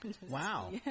Wow